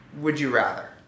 would-you-rather